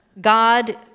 God